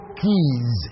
keys